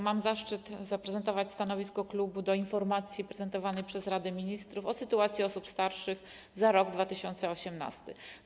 Mam zaszczyt zaprezentować stanowisko klubu co do informacji prezentowanej przez Radę Ministrów o sytuacji osób starszych za rok 2018.